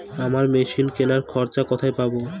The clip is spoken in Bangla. আমরা মেশিন কেনার খরচা কোথায় পাবো?